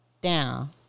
down